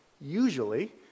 usually